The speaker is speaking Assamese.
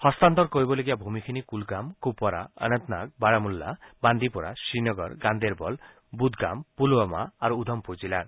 হস্তান্তৰ কৰিবলগীয়া ভূমিখিনি কুলগাম কুপৱাৰা অনন্তনাগ বাৰামুল্লা বান্দিপ'ৰা শ্ৰীনগৰ গান্দেৰবল বুদগাম পুলৱামা আৰু উধমপুৰ জিলাৰ